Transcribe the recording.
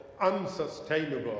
unsustainable